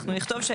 שאפשר